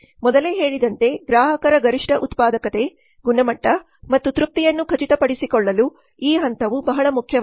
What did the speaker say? ಮೊದಲೇ ಹೇಳಿದಂತೆ ಗ್ರಾಹಕರ ಗರಿಷ್ಠ ಉತ್ಪಾದಕತೆ ಗುಣಮಟ್ಟ ಮತ್ತು ತೃಪ್ತಿಯನ್ನು ಖಚಿತಪಡಿಸಿಕೊಳ್ಳಲು ಈ ಹಂತವು ಬಹಳ ಮುಖ್ಯವಾಗಿದೆ